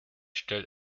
stellt